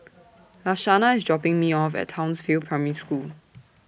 Lashanda IS dropping Me off At Townsville Primary School